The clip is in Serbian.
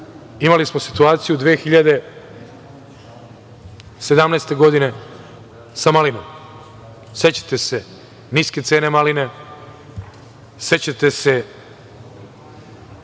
imali smo situaciju 2017. godine sa malinama. Sećate se - niske cene maline, sećate se